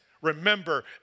Remember